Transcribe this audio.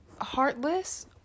Heartless